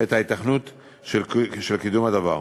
את ההיתכנות של קידום הדבר.